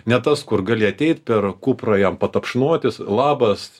ne tas kur gali ateit per kuprą jam patapšnoti labas